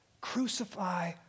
crucify